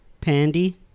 pandy